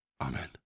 Amen